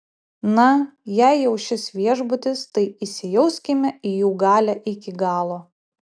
na jei jau šis viešbutis tai įsijauskime į jų galią iki galo